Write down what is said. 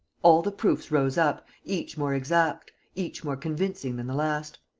all the proofs rose up, each more exact, each more convincing than the last.